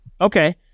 Okay